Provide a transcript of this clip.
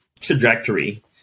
trajectory